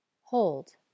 Hold